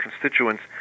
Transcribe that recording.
constituents